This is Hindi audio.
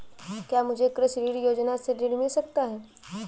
क्या मुझे कृषि ऋण योजना से ऋण मिल सकता है?